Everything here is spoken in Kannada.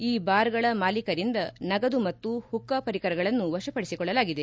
ಈ ಬಾರ್ಗಳ ಮಾಲೀಕರಿಂದ ನಗದು ಮತ್ತು ಹುಕ್ಕಾ ಪರಿಕರಗಳನ್ನು ವಶಪಡಿಸಿಕೊಳ್ಳಲಾಗಿದೆ